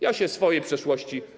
Ja się swojej przeszłości.